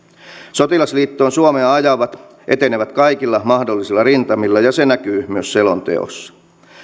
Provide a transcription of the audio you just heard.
sotilasliittoon suomea ajavat etenevät kaikilla mahdollisilla rintamilla ja se näkyy myös selonteossa